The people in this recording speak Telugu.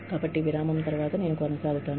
కాబట్టి విరామం తర్వాత నేను కొనసాగుతాను